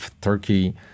Turkey